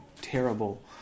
terrible